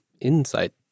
insight